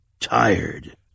tired